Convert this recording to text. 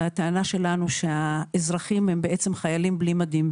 הטענה שלנו היא שהאזרחים הם בעצם חיילים בלי מדים,